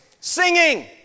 singing